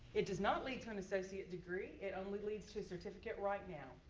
it does not lead to an associate degree. it only leads to a certificate, right now.